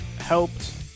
helped